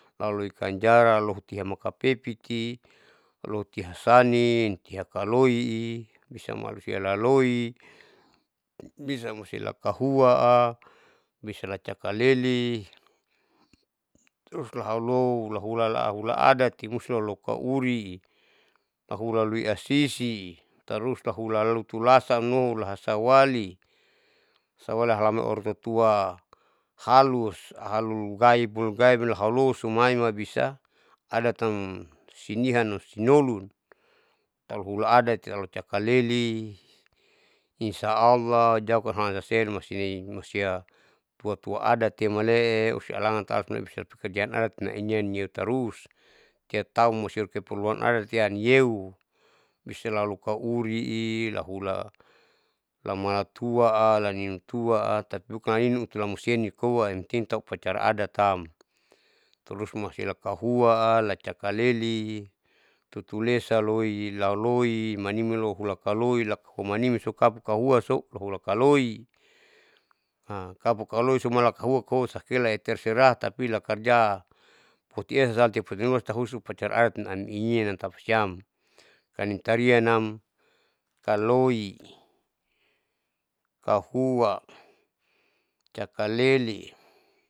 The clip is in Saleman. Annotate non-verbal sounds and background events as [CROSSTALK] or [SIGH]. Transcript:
Lahuloi kanjara muka pepiti lotihasanin tia paloi i siam alusia laloi bisa musila kahua a, bisa la cakalele terus lahaulo lahula lahula adati musti lokahuri lahula loiasisi tarus lahula lutulasan moo lahasa wali sawali lahalama orang tua tua halus halung gaib gaib halusu maima bisa adatam sinihan sinoluntau hula adat lalo cakalele insya allah jauh hakamasasen masini musia tua tua adat ni male usi alangan na bisa [UNINTELLIGIBLE] kerjaan adat nainia nia tarus tiap tahun masakeperluan adat sian heu selalu kahuri i ula lamala tua atapi bukan hinu utula museni koa yang penting tau upacara adatam terus masih ada kahua a lacakalele tutu lesa loi lauloi manimi lahula kalohi homanimi sapu kahua sou hula kaloi [NOISE] [HESITATION] kapukalo su malakahua kosa helai terserah tapi lakarja [NOISE] poti esa san poti numa uta usupacara adat am inian tapasiam [NOISE] intarianam kaloi kahua cakalele.